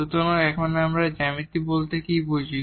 সুতরাং এখন আমরা এখানে জ্যামিতি বলতে কী বুঝি